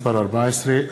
הצעת חוק הסיוע המשפטי (תיקון מס' 14),